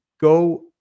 go